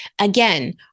Again